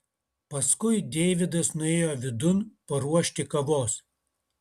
paskui deividas nuėjo vidun paruošti kavos